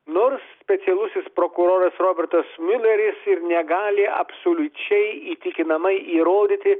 nors specialusis prokuroras robertas miuleris ir negali absoliučiai įtikinamai įrodyti